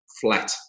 flat